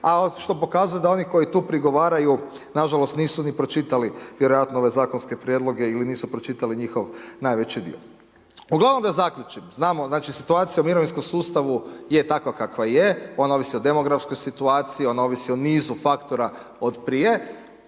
a što pokazuje da oni koji tu prigovaraju nažalost nisu ni pročitali vjerojatno ove zakonske prijedloge ili nisu pročitali njihov najveći dio. Uglavnom da zaključim, znamo situacija u mirovinskom sustavu je takva kakva je, ona ovisi o demografskoj situaciji, ona ovisi o nizu faktora od prije,